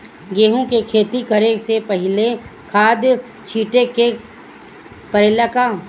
गेहू के खेती करे से पहिले खाद छिटे के परेला का?